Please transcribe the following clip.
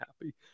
happy